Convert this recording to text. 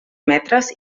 metres